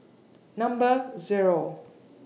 Number Zero